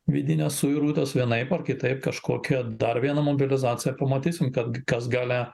vidinės suirutės vienaip ar kitaip kažkokią dar vieną mobilizaciją pamatysime kad kas gale